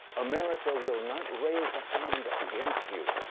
america will not raise a hand against you.